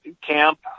camp